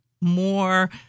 More